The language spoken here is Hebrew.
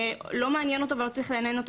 לא מעניין אותו ולא צריך לעניין אותו